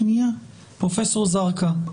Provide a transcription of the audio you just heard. פרופסור זרקא,